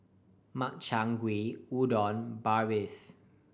Makchang Gui Udon Barfi